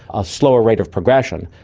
a slower rate of progression?